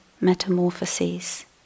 metamorphoses